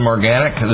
Organic